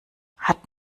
hat